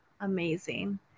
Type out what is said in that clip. amazing